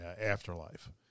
afterlife